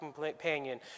companion